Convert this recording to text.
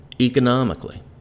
economically